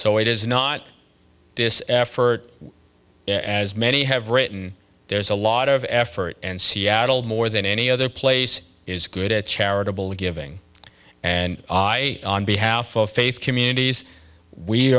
so it is not this effort as many have written there's a lot of effort and seattle more than any other place is good at charitable giving and i on behalf of faith communities we